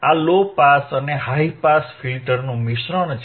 આ low pass અને high pass ફિલ્ટરનું મિશ્રણ છે